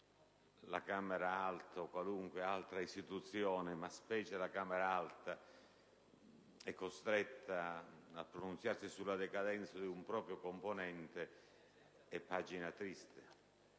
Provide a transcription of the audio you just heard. la Camera alta o qualunque altra istituzione, ma specie la Camera alta, è costretta a pronunziarsi sulla decadenza di un proprio componente, è una pagina triste.